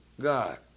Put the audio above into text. God